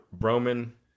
Roman